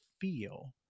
feel